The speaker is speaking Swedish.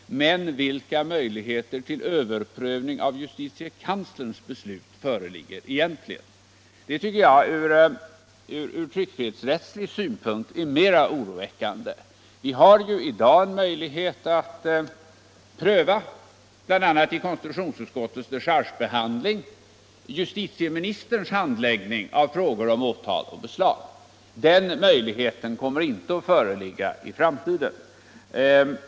Men vilka möjligheter till överprövning av justitiekanslerns beslut föreligger egentligen? Det tycker jag ur tryckfrihetsrättslig synpunkt är mer oroväckande. Vi har i dag — bl.a. vid konstitutionsutskottets dechargebehandling — en möjlighet att pröva justitieministerns handläggning av frågor om åtal och beslag. Den möjligheten kommer inte att föreligga i framtiden.